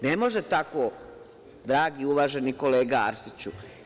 Ne može tako, dragi uvaženi kolega Arsiću.